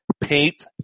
Paint